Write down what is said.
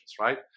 right